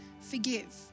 forgive